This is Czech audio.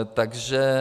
Takže...